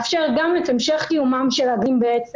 הוא התייחס לגני ילדים פרטיים מתוך הבנה שיש